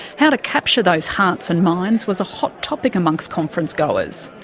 how to capture those hearts and minds was a hot topic amongst conference-goers.